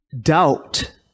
doubt